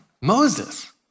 Moses